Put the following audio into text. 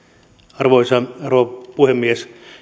arvoisa rouva puhemies jos